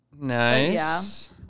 Nice